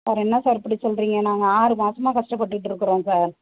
sir என்ன sir இப்படி சொல்கிறிங்க நாங்கள் ஆறு மாதமா கஷ்டப்பட்டுட்டு இருக்கிறோம் சார்